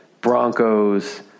Broncos